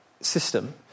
system